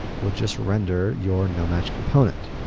would just render your nomatch component.